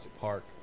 Park